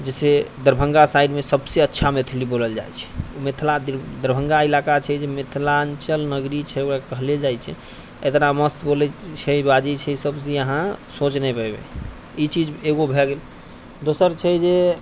जैसे दरभङ्गा साइडमे सभसँ अच्छा मैथिली बोलल जाइ छै ओ मिथिलाके दिल दरभङ्गा इलाका छै जे ओकरा मिथिलाञ्चल नगरी छै ओकरा कहले जाइ छै इतना मस्त बोलै छै बाजै छै सभ जे अहाँ सोचि नहि पयबे ई चीज एगो भए गेल दोसर छै जे